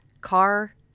car